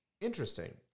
Interesting